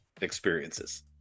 experiences